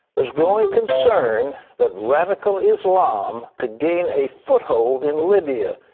there's growing concern that radical islam could gain a foothold in libya.